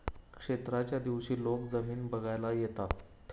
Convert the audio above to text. क्षेत्राच्या दिवशी लोक जमीन बघायला येतात